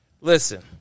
listen